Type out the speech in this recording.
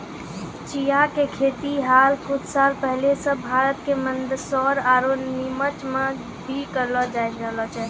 चिया के खेती हाल कुछ साल पहले सॅ भारत के मंदसौर आरो निमच मॅ भी करलो जाय रहलो छै